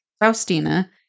Faustina